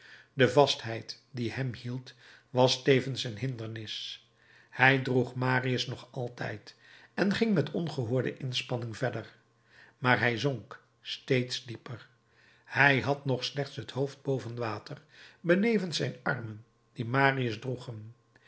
de vastheid die hem hield was tevens een hindernis hij droeg marius nog altijd en ging met ongehoorde inspanning verder maar hij zonk steeds dieper hij had nog slechts het hoofd boven water benevens zijn armen die